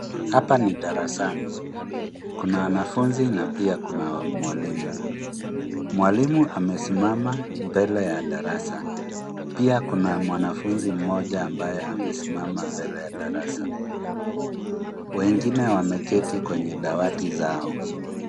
Hapa ni darasani. Kuna wanafunzi na pia kuna mwalimu. Mwalimu amesimama mbele ya darasa. Pia kuna mwanafunzi mmoja ambaye amesimama mbele ya darasa. Wengine wameketi kwenye dawati zao.